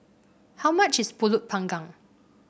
how much is pulut panggang